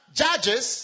judges